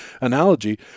analogy